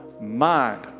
mind